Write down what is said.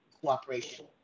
cooperation